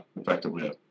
effectively